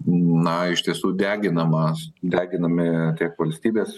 na iš tiesų deginamas deginami tiek valstybės